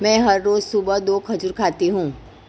मैं हर रोज सुबह दो खजूर खाती हूँ